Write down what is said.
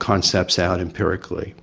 concepts out empirically.